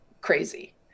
crazy